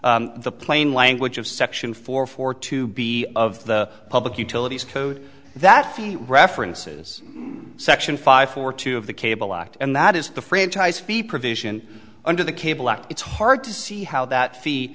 sifi the plain language of section four four to be of the public utilities code that the references section five for two of the cable act and that is the franchise fee provision under the cable act it's hard to see how that fee